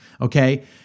okay